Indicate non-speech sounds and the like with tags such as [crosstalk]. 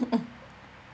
[laughs]